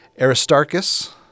Aristarchus